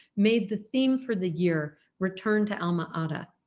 made the theme for the year returned to alma-ata.